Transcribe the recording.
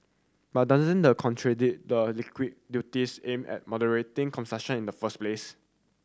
but doesn't the contradict the liquor duties aimed at moderating consumption in the first place